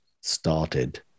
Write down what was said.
started